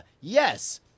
yes